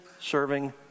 serving